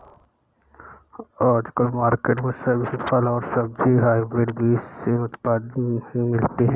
आजकल मार्केट में सभी फल और सब्जी हायब्रिड बीज से उत्पादित ही मिलती है